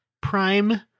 Prime